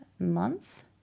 month